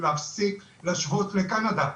ולהפסיק להשוות לקנדה.